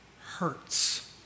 hurts